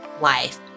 life